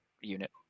unit